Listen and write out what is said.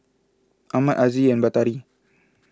Ahmad Aziz and Batari